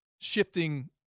Shifting